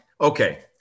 okay